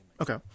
Okay